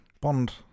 Bond